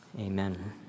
Amen